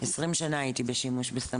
20 שנה הייתי בשימוש בסמים.